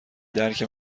درک